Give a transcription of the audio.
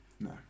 No